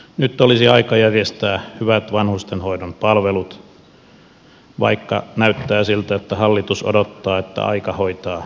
nyt olisi aika järjestää hyvät vanhustenhoidon palvelut vaikka näyttää siltä että hallitus odottaa että aika hoitaa vanhukset